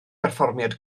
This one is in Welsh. berfformiad